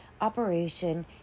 Operation